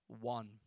one